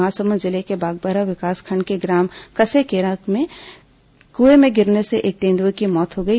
महासमुंद जिले के बागबाहरा विकासखंड के ग्राम कसेकेरा के कुएं में गिरने से एक तेंदुएं की मौत हो गई